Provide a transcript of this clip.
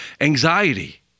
anxiety